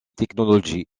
technologies